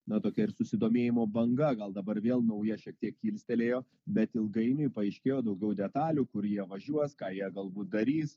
na tokia ir susidomėjimo banga gal dabar vėl nauja šiek tiek kilstelėjo bet ilgainiui paaiškėjo daugiau detalių kur jie važiuos ką jie galbūt darys